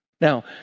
Now